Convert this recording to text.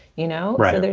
you know? right.